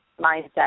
mindset